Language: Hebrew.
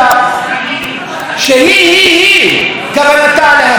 היא היא, כוונתה להצר את חופש הביטוי של היצירה.